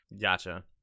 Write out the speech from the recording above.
Gotcha